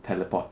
teleport